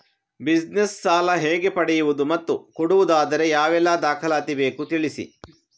Business ಸಾಲ ಹೇಗೆ ಪಡೆಯುವುದು ಮತ್ತು ಕೊಡುವುದಾದರೆ ಯಾವೆಲ್ಲ ದಾಖಲಾತಿ ಬೇಕು ತಿಳಿಸಿ?